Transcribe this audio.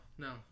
No